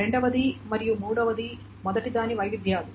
రెండవది మరియు మూడవది మొదటిదాని వైవిధ్యాలు